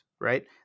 right